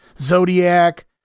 Zodiac